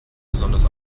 besonders